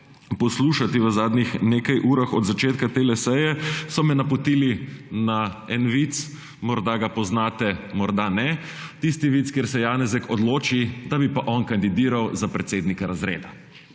poslušati v zadnjih nekaj urah od začetka te seje so me napotili na eden vic morda ga poznate morda ne. Tisti vic, kjer se Janezek odloči, da bi pa on kandidiral za predsednika razreda.